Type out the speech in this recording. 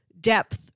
depth